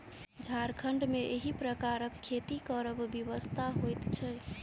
झारखण्ड मे एहि प्रकारक खेती करब विवशता होइत छै